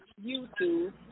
YouTube